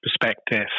perspective